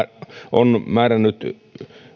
on määrännyt